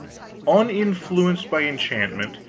uninfluenced by enchantment,